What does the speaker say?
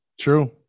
True